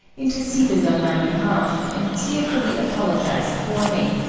interceded on my behalf, and tearfully apologized for me,